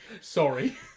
sorry